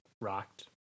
rocked